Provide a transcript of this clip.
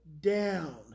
down